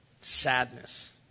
Sadness